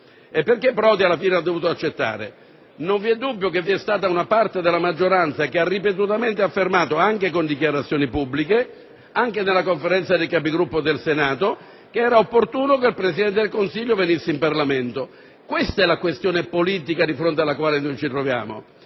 e perché Prodi alla fine ha dovuto accettare? Non vi è dubbio che vi è stata una parte della maggioranza che ha ripetutamente affermato, anche con dichiarazioni pubbliche, anche nella Conferenza dei Capigruppo del Senato, che era opportuno che il Presidente del Consiglio venisse in Parlamento. Ecco la questione politica di fronte alla quale ci troviamo.